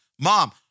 Mom